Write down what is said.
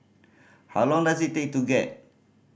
how long does it take to get